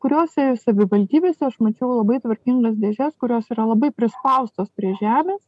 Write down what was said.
kuriose savivaldybėse aš mačiau labai tvarkingas dėžes kurios yra labai prispaustos prie žemės